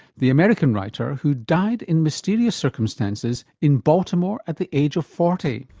the american writer who died in mysterious circumstances in baltimore at the age of forty.